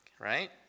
right